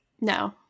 No